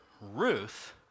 Ruth